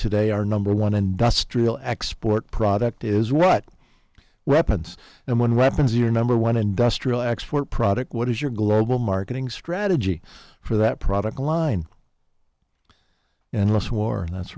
today our number one industrial export product is what weapons and when weapons are number one industrial export product what is your global marketing strategy for that product line and war that's